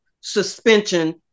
suspension